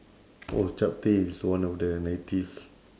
oh chapteh is one of the nineties